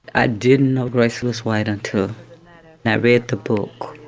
i didn't know grace was white until i read the book.